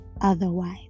otherwise